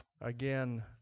again